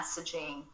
messaging